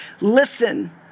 listen